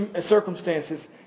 circumstances